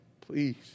please